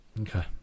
Okay